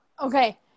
Okay